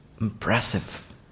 impressive